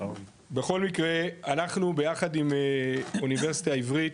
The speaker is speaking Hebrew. בכל מקרה, אנחנו ביחד עם האוניברסיטה העברית,